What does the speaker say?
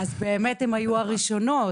באמת הן היו הראשונות,